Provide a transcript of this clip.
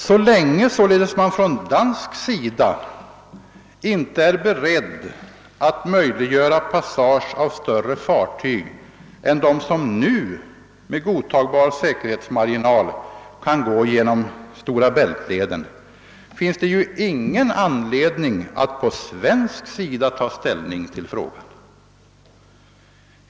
Så länge man på dansk sida således inte är beredd att möjliggöra passage av större fartyg än sådana som nu med godtagbar säkerhetsmarginal kan gå genom Stora Bältleden finns det ingen anledning att på svensk sida ta ställning till frågan.